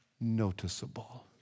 noticeable